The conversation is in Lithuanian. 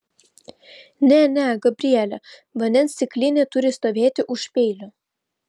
ne ne gabriele vandens stiklinė turi stovėti už peilio